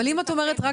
אבל אם את אומרת רק